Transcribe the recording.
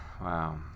Wow